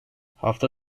hafta